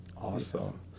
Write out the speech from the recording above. Awesome